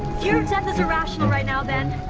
fear of death is irrational right now ben.